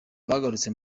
bagarutse